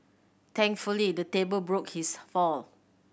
thankfully the table broke his fall